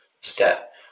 step